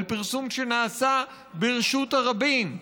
על פרסום שנעשה ברשות הרבים.